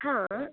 हा